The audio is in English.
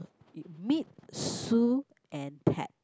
meet Su and pet